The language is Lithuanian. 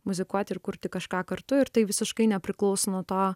muzikuoti ir kurti kažką kartu ir tai visiškai nepriklauso nuo to